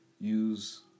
Use